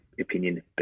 opinion